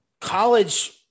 college